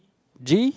G